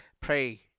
Pray